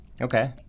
Okay